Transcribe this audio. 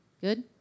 Good